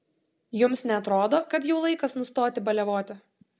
jums neatrodo kad jau laikas nustoti baliavoti